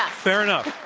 ah fair enough.